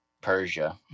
Persia